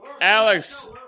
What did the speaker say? Alex